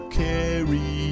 carry